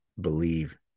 believe